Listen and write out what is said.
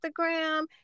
Instagram